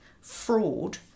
fraud